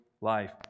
life